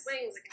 wings